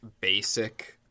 basic